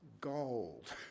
gold